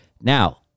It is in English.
Now